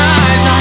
eyes